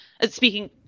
speaking